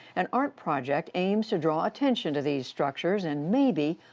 an art project aims to draw attention to these structures and maybe,